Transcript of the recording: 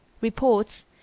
reports